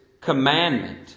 commandment